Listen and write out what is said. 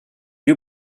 you